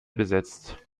besetzt